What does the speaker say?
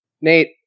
Nate